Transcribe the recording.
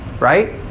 right